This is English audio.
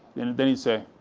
then he'd say,